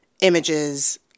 images